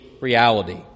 reality